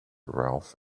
ralph